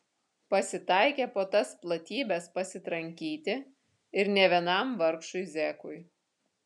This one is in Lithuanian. pasitaikė po tas platybes pasitrankyti ir ne vienam vargšui zekui